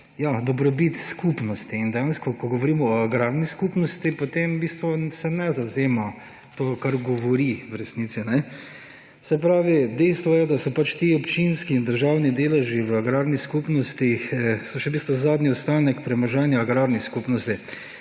dobrobit skupnosti. In dejansko ko govorimo o agrarni skupnosti, potem v bistvu se ne zavzema za to, kar govori, v resnici. Dejstvo je, da se ti občinski in državni deleži v agrarnih skupnostih v bistvu zadnji ostanek premoženja agrarnih skupnosti,